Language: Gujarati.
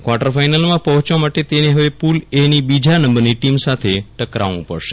કવાર્ટર ફાઈનલમાં પહોંચવા માટે તેને હવે પુલ એની બીજા નંબરની ટીમ સાથે ટકરાવું પડશે